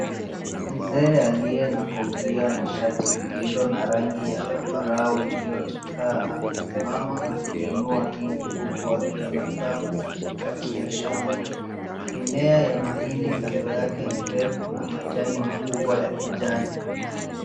Mzee aliye na kofia na shati lililo na rangi ya zambarau iliyochakaa amesimama akiinua hindi huku wa kitabasamu katikati ya shamba. Mimea ya mahindi kando yake ni refu na majani makubwa ya kijani.